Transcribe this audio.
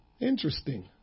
Interesting